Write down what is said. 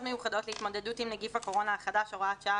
מיוחדות להתמודדות עם נגיף הקורונה החדש (הוראת שעה),